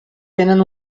tenen